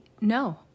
no